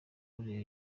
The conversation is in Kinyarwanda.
koreya